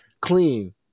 clean